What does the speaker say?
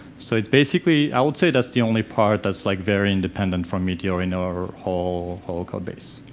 so it's basically, i would say that's the only part that's like very independent from meteor in our whole whole code base.